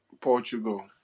Portugal